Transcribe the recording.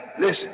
listen